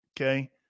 Okay